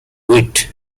wit